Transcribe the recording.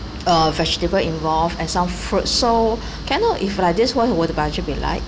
uh vegetable involved and some fruit so can I know if like this what would the budget be like